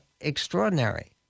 extraordinary